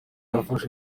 wafashe